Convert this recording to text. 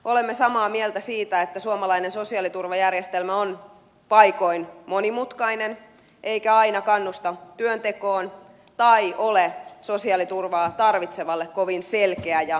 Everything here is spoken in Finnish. olemme samaa mieltä siitä että suomalainen sosiaaliturvajärjestelmä on paikoin monimutkainen eikä aina kannusta työntekoon tai ole sosiaaliturvaa tarvitsevalle kovin selkeä ja helppo